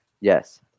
Yes